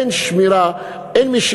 זה כמו בית בלי מזוזה, אין שמירה, אין מי שיגן.